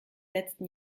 letzten